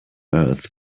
earth